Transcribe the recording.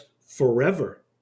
forever